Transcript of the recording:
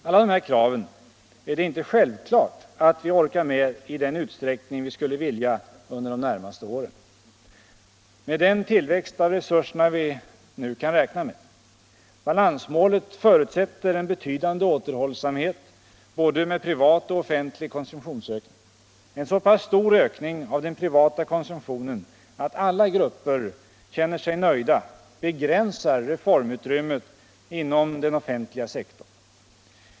Alla dessa krav är det inte självklart att vi orkar med i den utsträckning vi skulle vilja under de närmaste åren, med den tillväxt av resurserna vi nu kan vänta oss. Balansmålet förutsätter en betydande återhållsamhet med både privat och offentlig konsumtionsökning. En så pass stor ökning av den privata konsumtionen att alla grupper känner sig nöjda begränsar reformutrymmet inom den offentliga sektorn.